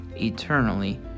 eternally